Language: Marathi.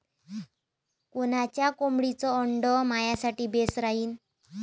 कोनच्या कोंबडीचं आंडे मायासाठी बेस राहीन?